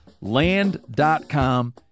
Land.com